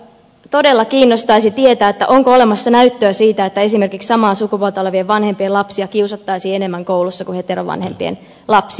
todella kiinnostaisi tietää onko olemassa näyttöä siitä että esimerkiksi samaa sukupuolta olevien vanhempien lapsia kiusattaisiin enemmän koulussa kuin heterovanhempien lapsia